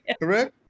Correct